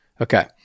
Okay